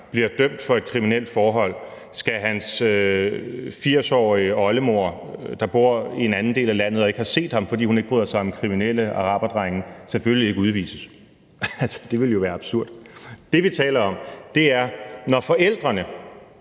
bliver dømt for et kriminelt forhold, skal hans 80-årige oldemor, der bor i en anden del af landet og ikke har set ham, fordi hun ikke bryder sig om kriminelle araberdrenge, selvfølgelig ikke udvises. Det ville jo være absurd. Det, vi taler om, er, når forældrene